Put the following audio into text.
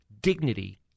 dignity